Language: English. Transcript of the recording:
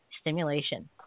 stimulation